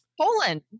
Poland